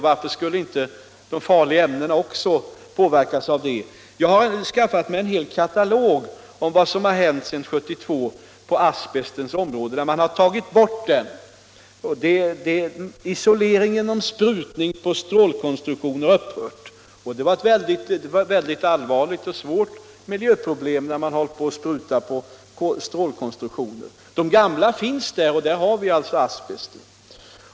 Varför skulle inte hanteringen av farliga ämnen också påverkas av den utvecklingen? Jag har skaffat mig en hel katalog över vad som har hänt sedan 1972 på asbestens område. Isolering genom sprutning av asbest på stålkonstruktioner har upphört, och den var ett väldigt allvarligt och svårt miljöproblem. De gamla konstruktionerna finns kvar, och där har vi alltså asbest.